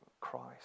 Christ